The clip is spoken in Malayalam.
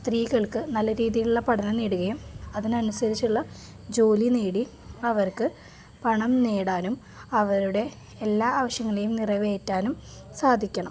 സ്ത്രീകൾക്ക് നല്ല രീതിയിലുള്ള പഠനം നേടുകയും അതിനനുസരിച്ചുള്ള ജോലി നേടി അവർക്ക് പണം നേടാനും അവരുടെ എല്ലാ ആവശ്യങ്ങളെയും നിറവേറ്റാനും സാധിക്കണം